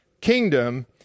kingdom